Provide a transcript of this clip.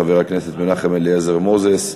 חבר הכנסת מנחם אליעזר מוזס,